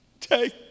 Take